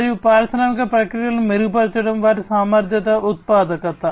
మరియు పారిశ్రామిక ప్రక్రియలను మెరుగుపరచడం వాటి సామర్థ్యం ఉత్పాదకత